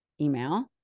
email